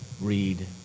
read